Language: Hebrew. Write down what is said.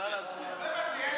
אפשר להצביע.